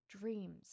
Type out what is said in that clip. dreams